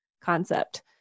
concept